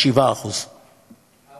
7.7%. אז